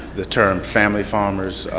the term family farmers,